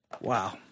Wow